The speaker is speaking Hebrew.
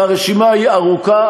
והרשימה היא ארוכה,